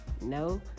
no